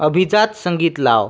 अभिजात संगीत लाव